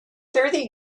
thirty